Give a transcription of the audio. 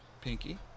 Pinky